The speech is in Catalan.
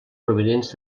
provinents